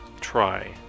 try